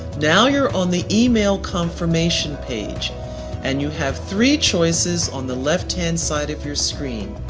now you're on the email confirmation page and you have three choices on the left-hand side of your screen.